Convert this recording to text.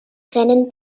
rennen